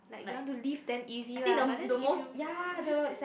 like you want to leave then easy lah but then if you